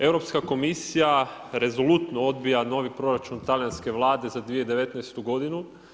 Europska komisija rezolutno odbija novi proračun talijanske Vlade za 2019. godinu.